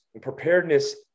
preparedness